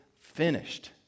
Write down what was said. finished